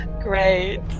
Great